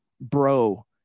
bro